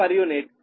u